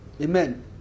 Amen